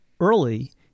early